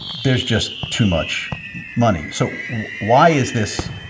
there's just too much money. so why is this.